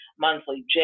monthly